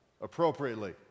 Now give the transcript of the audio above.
appropriately